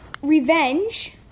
Revenge